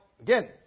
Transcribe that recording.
again